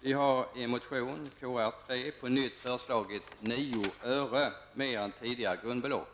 Vi har i motion Kr3 på nytt föreslagit 9 öre mer än tidigare grundbelopp.